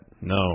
No